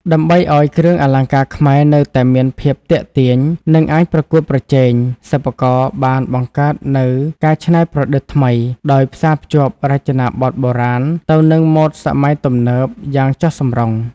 ដើម្បីឱ្យគ្រឿងអលង្ការខ្មែរនៅតែមានភាពទាក់ទាញ និងអាចប្រកួតប្រជែង សិប្បករបានបង្កើតនូវ ការច្នៃប្រឌិតថ្មី ដោយ ផ្សារភ្ជាប់រចនាបថបុរាណទៅនឹងម៉ូដសម័យទំនើប យ៉ាងចុះសម្រុង។